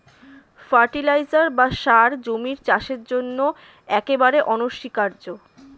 fertiliser বা সার জমির চাষের জন্য একেবারে অনস্বীকার্য